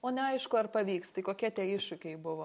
o neaišku ar pavyks tai kokie tie iššūkiai buvo